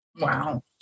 Wow